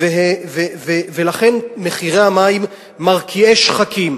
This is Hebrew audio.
ולכן מחירי המים מרקיעי שחקים.